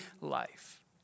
life